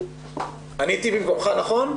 עניתי במקומך נכון?